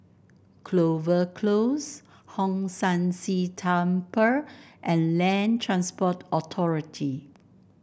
Clover Close Hong San See Temple and Land Transport Authority